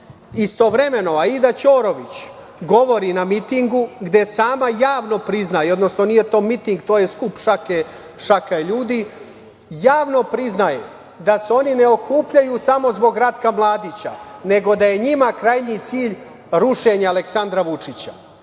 godina. Istovremeno, Aida Ćorović govori na mitingu, gde sama javno priznaje, odnosno nije to miting, to je skup šake ljudi, javno priznaje da se oni ne okupljaju samo zbog Ratka Mladića, nego da je njima krajnji cilj rušenje Aleksandra Vučića. Dakle,